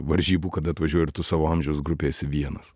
varžybų kada atvažiuoji ir tu savo amžiaus grupėj esi vienas